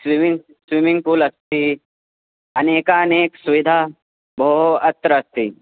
swimming swimming pool अस्ति अनेकानेकसुविधाः बहु अत्र अस्ति